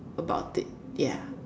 about it ya